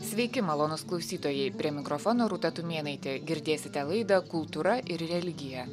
sveiki malonūs klausytojai prie mikrofono rūta tumėnaitė girdėsite laidą kultūra ir religija